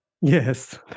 yes